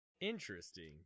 interesting